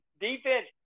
defense